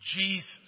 Jesus